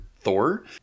Thor